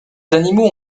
animaux